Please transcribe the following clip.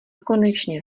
konečně